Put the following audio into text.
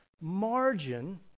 margin